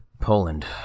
Poland